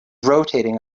rotating